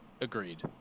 Agreed